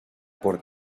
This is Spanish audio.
por